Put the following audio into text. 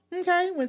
Okay